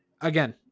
again